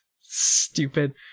Stupid